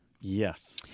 Yes